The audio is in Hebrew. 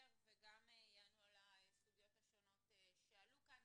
וגם יענו על הסוגיות השונות שעלו כאן.